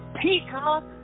Peacock